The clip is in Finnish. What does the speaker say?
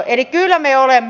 eli kyllä me olemme